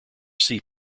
sea